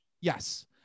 Yes